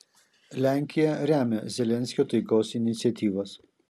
lenkija remia zelenskio taikos iniciatyvas